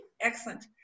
Excellent